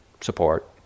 support